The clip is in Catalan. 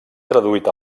traduït